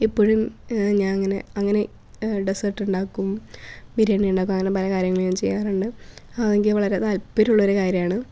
എപ്പോഴും ഞാൻ ഇങ്ങനെ അങ്ങനെ ഡെസേർട്ട്ണ്ടാക്കും ബിരിയാണിണ്ടാക്കും അങ്ങനെ പല കാര്യങ്ങൾ ഞാൻ ചെയ്യാറുണ്ട് എനിക്ക് വളരെ താൽപ്പര്യം ഉള്ളൊരു കാര്യമാണ്